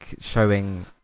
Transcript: showing